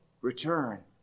return